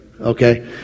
Okay